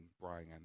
Brian